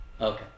Okay